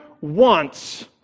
wants